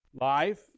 Life